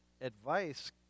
advice